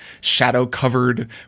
shadow-covered